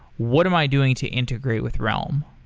what am i doing to integrate with realm?